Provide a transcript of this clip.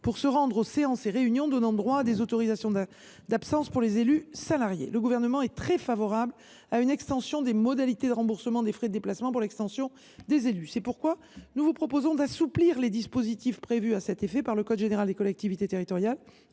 pour se rendre aux séances et réunions donnant droit à des autorisations d’absence pour les élus salariés. Le Gouvernement est très favorable à une extension des modalités de remboursement des frais de déplacement pour l’ensemble des élus. C’est pourquoi nous vous proposons d’assouplir les dispositifs prévus à cet effet dans le code général des collectivités territoriales,